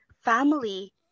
family